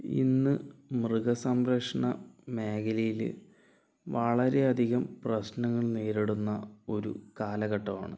ഇന്ന് മൃഗസംരക്ഷണ മേഖലയില് വളരെ അധികം പ്രശ്നങ്ങൾ നേരിടുന്ന ഒരു കാലഘട്ടമാണ്